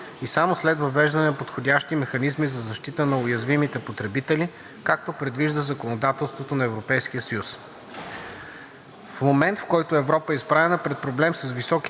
и само след въвеждане на подходящи механизми за защита на уязвимите потребители, както предвижда законодателството на Европейския съюз. В момент, в който Европа е изправена пред проблем с високите